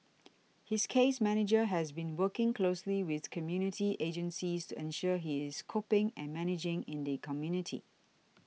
his case manager has been working closely with community agencies to ensure he is coping and managing in the community